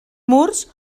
murs